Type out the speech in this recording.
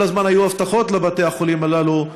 כל הזמן היו הבטחות לבתי החולים הללו.